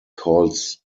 calls